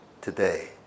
today